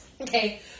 Okay